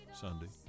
Sunday